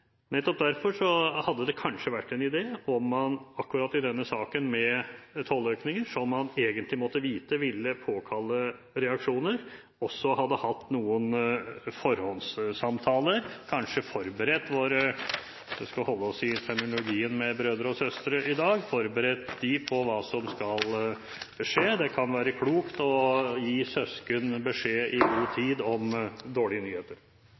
Nettopp derfor hadde det kanskje vært en idé om man akkurat i denne saken med tolløkninger, som man egentlig måtte vite ville påkalle reaksjoner, også hadde hatt noen forhåndssamtaler og kanskje forberedt våre brødre og søstre – jeg tror vi skal holde oss til den terminologien i dag – på hva som skal skje. Det kan være klokt å gi søsken beskjed i god tid om dårlige nyheter.